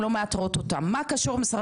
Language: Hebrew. כשהעובדים נמצאים בישראל,